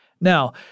Now